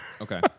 Okay